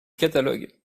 catalogue